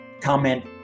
comment